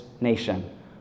nation